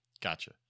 Gotcha